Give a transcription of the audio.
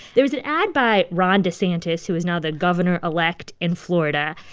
there was an ad by ron desantis, who is now the governor-elect in florida,